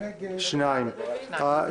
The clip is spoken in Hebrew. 2 נמנעים,